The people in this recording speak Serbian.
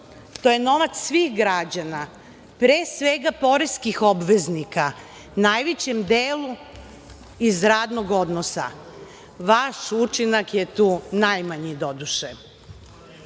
to je novac svih građana, pre svega poreskih obveznika u najvećem delu iz radnog odnosa. Vaš učinak je tu najmanji, doduše. Vama